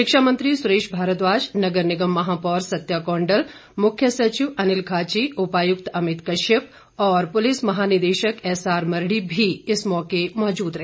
शिक्षा मंत्री सुरेश भारद्वाज नगर निगम महापौर सत्या कौंडल मुख्य सचिव अनिल खाची उपायुक्त अमित कश्यप और पुलिस महानिदेशक एस आर मरड़ी भी इस मौके मौजूद रहे